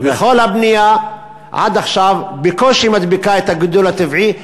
וכל הבנייה עד עכשיו בקושי מדביקה את הגידול הטבעי.